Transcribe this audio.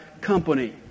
company